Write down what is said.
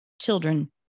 children